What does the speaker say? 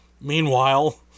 Meanwhile